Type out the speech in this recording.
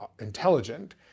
intelligent